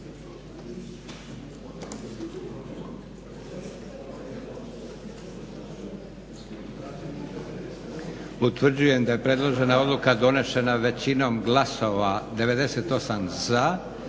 Utvrđujem da je predložena odluka donesena većinom glasova, 98 za,